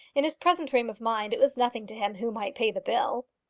in his present frame of mind it was nothing to him who might pay the bill.